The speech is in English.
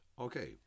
Okay